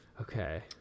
Okay